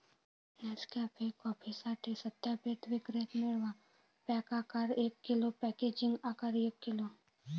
Nescafe कॉफीसाठी सत्यापित विक्रेते मिळवा, पॅक आकार एक किलो, पॅकेजिंग आकार एक किलो